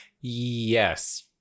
Yes